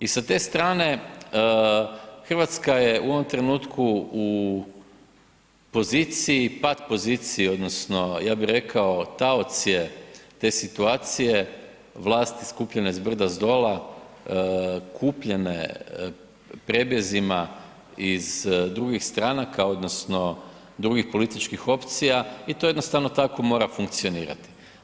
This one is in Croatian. I sa te strane Hrvatska je u ovom trenutku u poziciji pat poziciji odnosno ja bi rekao taoc je te situacije, vlasti skupljene s brda s dola, kupljene prebjezima iz drugih stranaka odnosno drugih političkih opcija i to jednostavno tako mora funkcionirati.